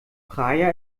praia